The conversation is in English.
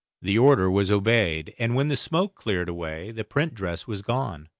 the order was obeyed and when the smoke cleared away the print dress was gone,